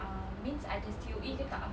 um means ada C_O_E ke tak ah